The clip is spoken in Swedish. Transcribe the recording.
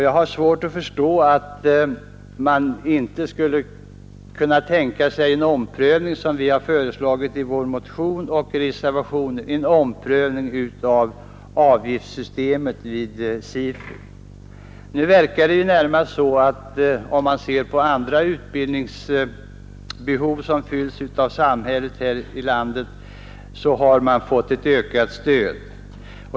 Jag har svårt att förstå att man inte, som vi har föreslagit i vår motion och i reservationen, skulle kunna tänka sig en omprövning av avgiftssystemet vid SIFU. Andra utbildningsbehov som fylls av samhället har fått ett ökat stöd.